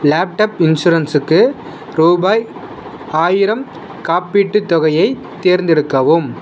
laptop இன்சூரன்ஸுக்கு ரூபாய் ஆயிரம் காப்பீட்டுத் தொகையை தேர்ந்தெடுக்கவும்